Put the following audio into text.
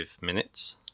minutes